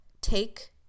take